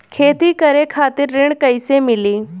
खेती करे खातिर ऋण कइसे मिली?